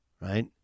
right